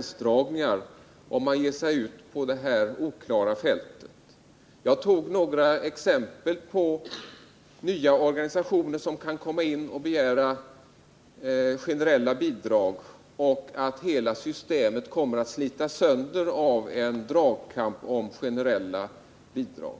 uppstå, om man nu ger sig ut på det här oklara fältet. Jag tog några exempel på nya organisationer som kan komma in med begäran om generella bidrag och sade att hela systemet kan komma att slitas sönder av en dragkamp om generella bidrag.